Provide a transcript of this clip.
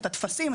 את הטפסים,